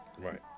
Right